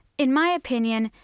in my opinion,